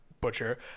butcher